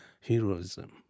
heroism